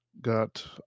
got